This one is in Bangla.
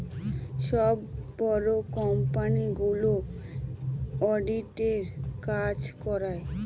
সব বড়ো কোম্পানিগুলো অডিটের কাজ করায়